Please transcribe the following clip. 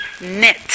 knit